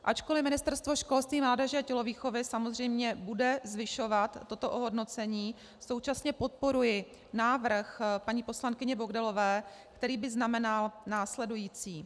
Ačkoliv Ministerstvo školství, mládeže a tělovýchovy samozřejmě bude zvyšovat toto ohodnocení, současně podporuji návrh paní poslankyně Bohdalové, který by znamenal následující.